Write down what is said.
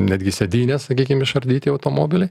netgi sėdynės sakykim išardyti automobiliai